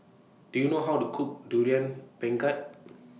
Do YOU know How to Cook Durian Pengat